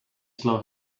slow